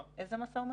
איזה משא ומתן?